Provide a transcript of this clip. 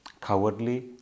cowardly